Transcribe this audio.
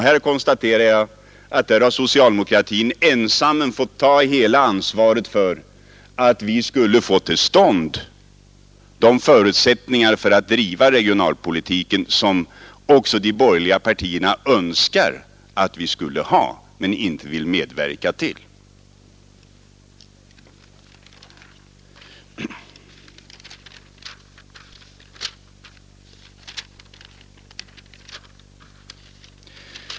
Jag konstaterar att socialdemokratin ensam fått ta hela ansvaret för att vi skulle få till stånd de förutsättningar att bedriva regionalpolitiken som också de borgerliga partierna önskar att vi skall ha men inte vill medverka till.